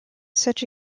such